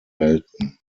welten